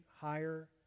higher